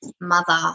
mother